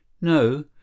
No